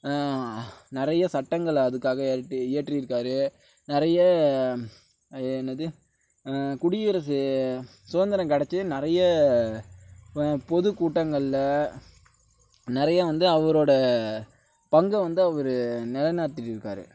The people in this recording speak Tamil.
நிறைய சட்டங்களை அதுக்காகவே இயற்றிருக்கார் நிறைய அது என்னது குடியரசு சுகந்தரம் கிடைச்சு நிறைய பொதுக்கூட்டங்களில் நிறைய வந்து அவரோட பங்கை வந்து அவர் நிலை நடத்திட்டுருக்கார்